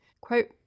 Quote